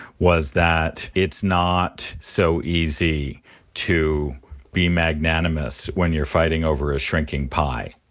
was that it's not so easy to be magnanimous when you're fighting over a shrinking pie.